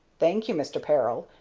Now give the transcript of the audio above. thank you, mister peril,